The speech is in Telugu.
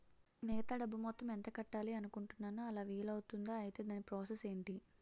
మిగతా డబ్బు మొత్తం ఎంత కట్టాలి అనుకుంటున్నాను అలా వీలు అవ్తుంధా? ఐటీ దాని ప్రాసెస్ ఎంటి?